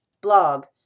blog